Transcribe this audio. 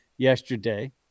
yesterday